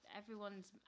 everyone's